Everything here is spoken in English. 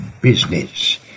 business